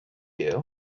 you